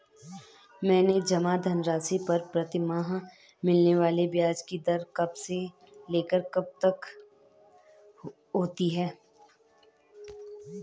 मेरे जमा धन राशि पर प्रतिमाह मिलने वाले ब्याज की दर कब से लेकर कब तक होती है?